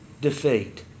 defeat